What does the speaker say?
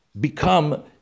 become